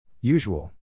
Usual